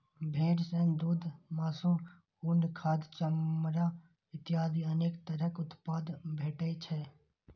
भेड़ सं दूघ, मासु, उन, खाद, चमड़ा इत्यादि अनेक तरह उत्पाद भेटै छै